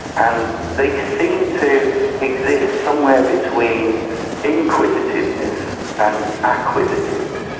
and they seem to exist somewhere between inquisitiveness and acquisitiveness.